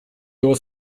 его